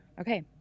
Okay